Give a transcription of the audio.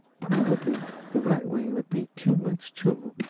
probably the right way would be too much trouble,